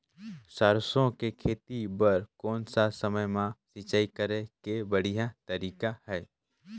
सरसो के खेती बार कोन सा समय मां सिंचाई करे के बढ़िया तारीक हे?